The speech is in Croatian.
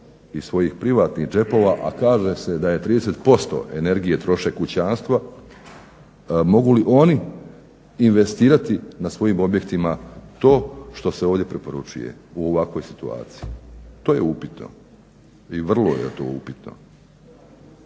iz svojih privatnih džepova, a kaže se da 30% energije troše kućanstva, mogu li oni investirati na svojim objektima to što se ovdje preporučuje, u ovakvoj situaciji. To je upitno i vrlo je to upitno.